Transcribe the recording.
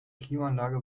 klimaanlage